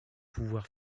pouvoir